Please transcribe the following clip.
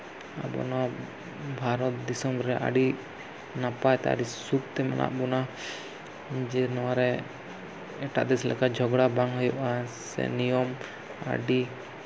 ᱟᱵᱚ ᱱᱚᱣᱟ ᱵᱷᱟᱨᱚᱛ ᱫᱤᱥᱚᱢ ᱨᱮ ᱟᱹᱰᱤ ᱱᱟᱯᱟᱭ ᱛᱮ ᱟᱹᱰᱤ ᱥᱩᱠᱷ ᱛᱮ ᱢᱮᱱᱟᱜ ᱵᱚᱱᱟ ᱡᱮ ᱱᱚᱣᱟᱨᱮ ᱮᱴᱟᱜ ᱫᱮᱥ ᱞᱮᱠᱟ ᱡᱷᱚᱜᱽᱲᱟ ᱵᱟᱝ ᱦᱩᱭᱩᱜᱼᱟ ᱥᱮ ᱱᱤᱭᱚᱢ ᱟᱹᱰᱤ